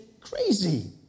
crazy